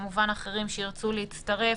וכמובן אחרים שירצו להצטרף,